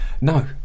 No